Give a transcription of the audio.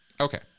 Okay